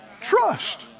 trust